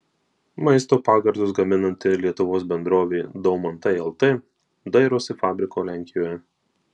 maisto pagardus gaminanti lietuvos bendrovė daumantai lt dairosi fabriko lenkijoje